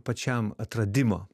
pačiam atradimo